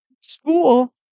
school